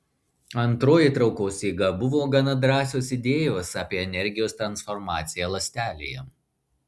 antroji traukos jėga buvo gana drąsios idėjos apie energijos transformaciją ląstelėje